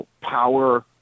power